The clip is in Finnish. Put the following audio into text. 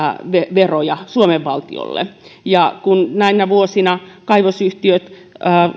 veroja suomen valtiolle ja kun näinä vuosina kaivosyhtiöt